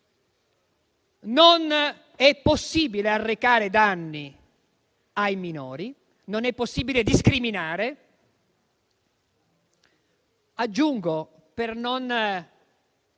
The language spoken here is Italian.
Non è possibile arrecare danni ai minori. Non è possibile discriminare. Aggiungo, per non